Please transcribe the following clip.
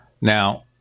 Now